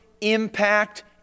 impact